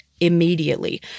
immediately